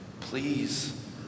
Please